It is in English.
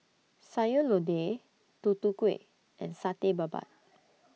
Sayur Lodeh Tutu Kueh and Satay Babat